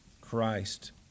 Christ